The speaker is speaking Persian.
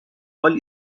حال